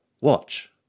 Watch